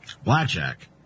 Blackjack